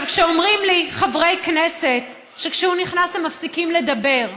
כשאומרים לי חברי כנסת שכשהוא נכנס הם מפסיקים לדבר,